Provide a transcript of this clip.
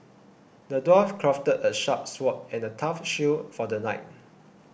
the dwarf crafted a sharp sword and a tough shield for the knight